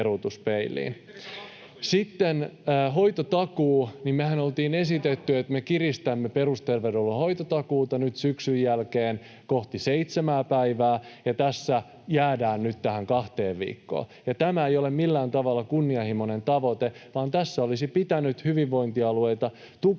Sitten hoitotakuu: Mehän oltiin esitetty, että me kiristämme perusterveydenhuollon hoitotakuuta nyt syksyn jälkeen kohti seitsemää päivää, ja tässä jäädään nyt tähän kahteen viikkoon. Tämä ei ole millään tavalla kunnianhimoinen tavoite, vaan tässä olisi pitänyt hyvinvointialueita tukea